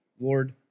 Lord